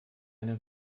eine